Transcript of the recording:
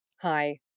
Hi